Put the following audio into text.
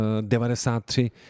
93